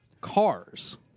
Cars